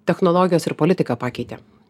technologijos ir politiką pakeitė a